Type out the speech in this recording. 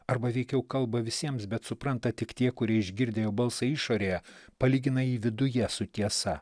arba veikiau kalba visiems bet supranta tik tie kurie išgirdę jo balsai išorėje palygina jį viduje su tiesa